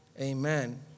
Amen